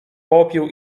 popiół